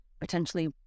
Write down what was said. potentially